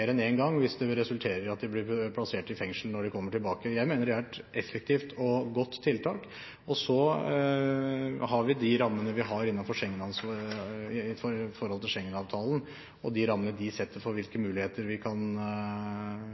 enn én gang, hvis det resulterer i at de blir plassert i fengsel når de kommer tilbake. Jeg mener det er et effektivt og godt tiltak. Rammene vi har innenfor Schengen-avtalen setter rammene for hvilke muligheter vi har for tiltak i grenseområdet. Vi undersøker nå også andre tiltak som kan være aktuelle, da først og fremst for